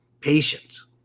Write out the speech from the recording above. Patience